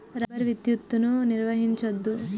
rubber విద్యుత్తును నిర్వహించదు